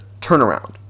turnaround